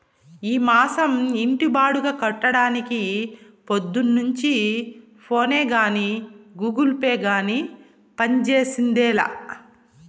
ఈ మాసం ఇంటి బాడుగ కట్టడానికి పొద్దున్నుంచి ఫోనే గానీ, గూగుల్ పే గానీ పంజేసిందేలా